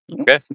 Okay